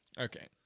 Okay